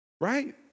right